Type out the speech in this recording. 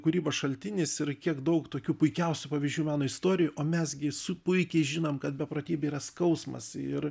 kūrybos šaltinis ir kiek daug tokių puikiausių pavyzdžių meno istorijoje o mes gi su puikiai žinom kad beprotybė yra skausmas ir